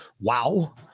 Wow